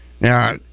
Now